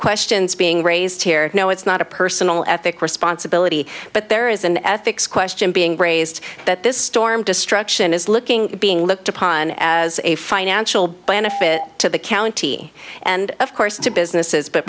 questions being raised here no it's not a personal ethics responsibility but there is an ethics question being raised that this storm destruction is looking being looked upon as a financial benefit to the county and of course to businesses but